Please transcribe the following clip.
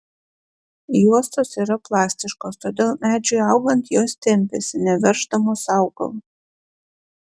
juostos yra plastiškos todėl medžiui augant jos tempiasi neverždamos augalo